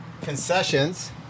concessions